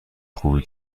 خوبی